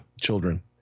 children